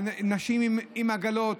נשים עם עגלות,